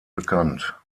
bekannt